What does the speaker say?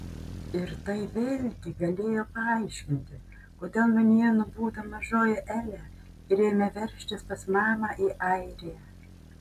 ir tai vėlgi galėjo paaiškinti kodėl manyje nubudo mažoji elė ir ėmė veržtis pas mamą į airiją